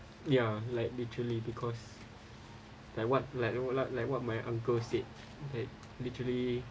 ya like literally because like what like know like like what my uncle said that literally